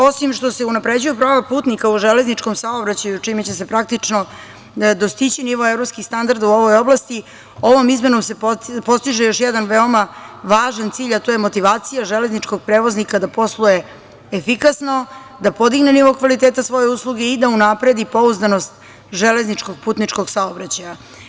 Osim što se unapređuju prava putnika u železničkom saobraćaju, čime će se praktično dostići nivo evropskih standarda u ovoj oblasti, ovom izmenom se postiže još jedan veoma važan cilj, a to je motivacija železničkog prevoznika da posluje efikasno, da podigne nivo kvaliteta svoje usluge i da unapredi pouzdanost železničkog putničkog saobraćaja.